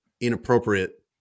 inappropriate